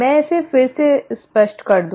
मैं इसे फिर से स्पष्ट कर दूं